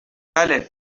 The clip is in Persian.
بله